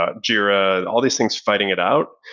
ah jira, all these things fighting it out,